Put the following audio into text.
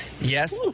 Yes